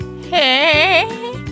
Hey